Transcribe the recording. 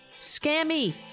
Scammy